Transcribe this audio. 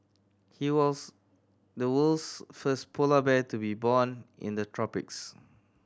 he was the world's first polar bear to be born in the tropics